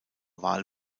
wahl